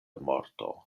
morto